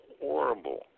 horrible